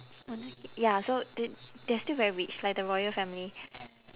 monarchy ya so th~ they are still very rich like the royal family